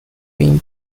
been